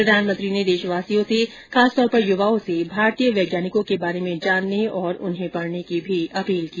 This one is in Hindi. प्रधानमंत्री ने देशवासियों से खास तौर पर युवाओं से भारतीय वैज्ञानिकों के बारे में जानने और उन्हें पढने की भी अपील की